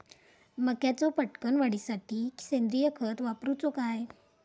मक्याचो पटकन वाढीसाठी सेंद्रिय खत वापरूचो काय?